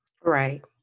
right